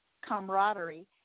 camaraderie